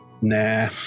nah